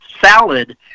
salad